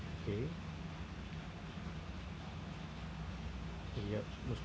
okay yup